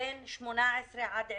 בגילאים 18 20,